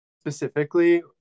Specifically